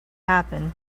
happen